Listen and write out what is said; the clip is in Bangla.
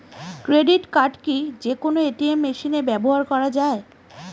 ক্রেডিট কার্ড কি যে কোনো এ.টি.এম মেশিনে ব্যবহার করা য়ায়?